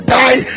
die